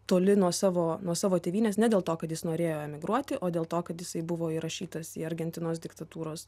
toli nuo savo nuo savo tėvynės ne dėl to kad jis norėjo emigruoti o dėl to kad jisai buvo įrašytas į argentinos diktatūros